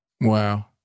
Wow